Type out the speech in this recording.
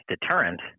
deterrent